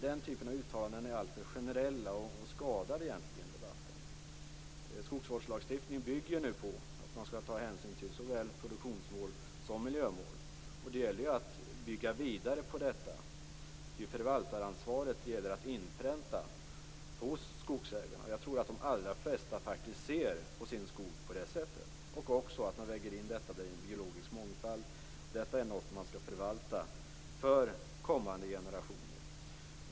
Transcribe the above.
Den typen av uttalanden är alltför generella och skadar egentligen debatten. Skogsvårdslagstiftningen bygger på att man skall ta hänsyn till såväl produktionsmål som miljömål. Det gäller att bygga vidare på detta. Det gäller att inpränta förvaltaransvaret hos skogsägarna. Jag tror att de allra flesta faktiskt ser på sin skog på det sättet. Jag tror också att man väger in den biologiska mångfalden. Detta är något man skall förvalta för kommande generationer.